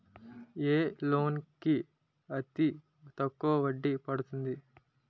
ఏ loan కి అతి తక్కువ వడ్డీ పడుతుంది?